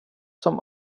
som